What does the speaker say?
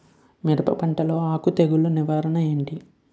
మిరప పంటలో ఆకు తెగులు నివారణ ఏంటి?